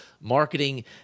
marketing